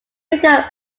became